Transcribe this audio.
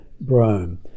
brome